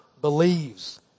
believes